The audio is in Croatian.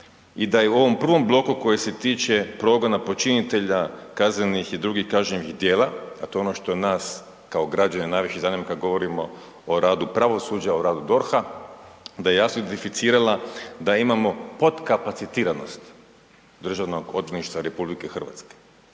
i da je u ovom prvom bloku koji se tiče progona počinitelja kaznenih i drugih kažnjivih djela, a to je ono što nas kao građane najviše zanima kada govorimo o radu pravosuđa o radu DORH-a, da je jasno identificirala da imamo podkapacitiranost DORH-a. I to je inače